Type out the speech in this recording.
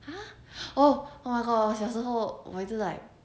ha oh my god 我小时候我一直 like